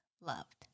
loved